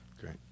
Great